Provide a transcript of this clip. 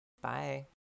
Bye